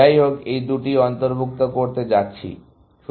যাইহোক এই দুটিই অন্তর্ভুক্ত করতে যাচ্ছি